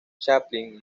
chaplin